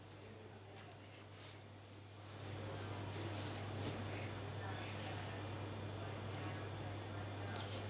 ya like